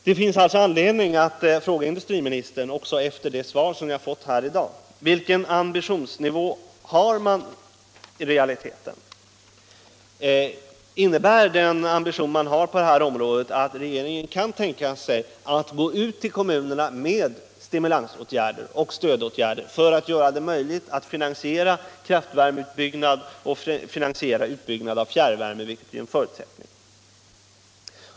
Det finns alltså skäl att fråga industriministern, också efter det svar jag har fått här i dag: Vilken ambitionsnivå har man i realiteten? Innebär den ambition man har på det här området att regeringen kan tänka sig att gå ut till kommunerna med stimulansoch stödåtgärder för att göra det möjligt att finansiera kraftvärmeutbyggnad och utbyggnad av fjärrvärme, vilket är en förutsättning?